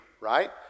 right